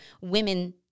women